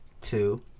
Two